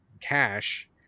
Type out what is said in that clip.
cash